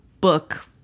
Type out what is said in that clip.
book